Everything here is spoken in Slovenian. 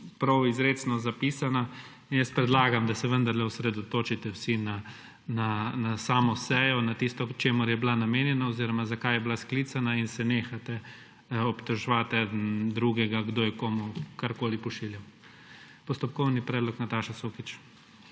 prav izrecno zapisana. In jaz predlagam, da se vendarle osredotočite vsi na samo sejo, na tisto, čemur je bila namenjena oziroma zakaj je bila sklicana, in se nehate obtoževat eden drugega, kdo je komu karkoli pošiljal. Postopkovni predlog, Nataša Sukič.